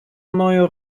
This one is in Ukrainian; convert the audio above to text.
мною